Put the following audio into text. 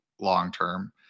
long-term